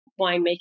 winemaking